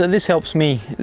this helps me,